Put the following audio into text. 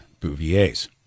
Bouvier's